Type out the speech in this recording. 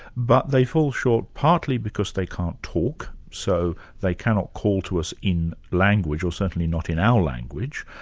but they fall short partly because they can't talk, so they cannot call to us in language, or certainly not in our language.